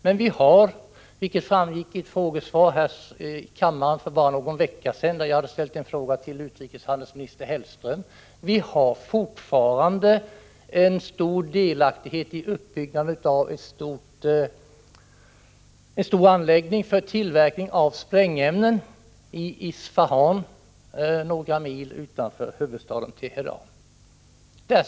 Men som framgick av ett frågesvar här i kammaren för bara någon vecka sedan — jag hade ställt en fråga till utrikeshandelsminister Hellström — har vi fortfarande stor delaktighet i utbyggnaden av en stor anläggning för tillverkning av sprängämnen i Isfaham, några mil utanför huvudstaden Teheran.